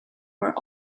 were